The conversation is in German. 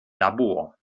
labor